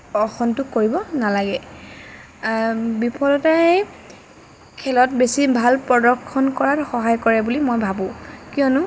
অসন্তোষ কৰিব নেলাগে বিফলতাই খেলত বেছি ভাল প্ৰদৰ্শন কৰাত সহায় কৰে বুলি মই ভাবোঁ কিয়নো